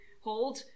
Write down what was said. hold